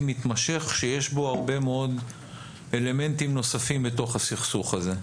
ומתמשך שיש בו הרבה מאוד אלמנטים נוספים בתוך הסכסוך הזה.